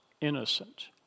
innocent